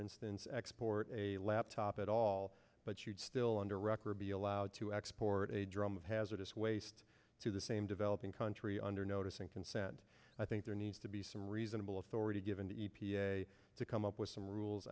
instance export a laptop at all but you'd still under record be allowed to export a drum of hazardous waste to the same developing country under notice and consent i think there needs to be some reasonable authority given the e p a to come up with some rules